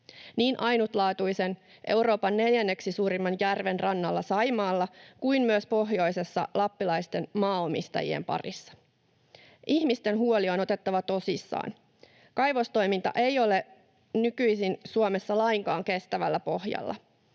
niin ainutlaatuisen, Euroopan neljänneksi suurimman järven rannalla, Saimaalla, kuin myös pohjoisessa lappilaisten maanomistajien parissa. Ihmisten huoli on otettava tosissaan. Kaivostoiminta ei ole nykyisin Suomessa lainkaan kestävällä pohjalla.